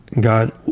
God